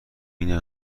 این